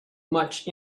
much